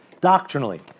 Doctrinally